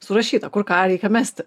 surašyta kur ką reikia mesti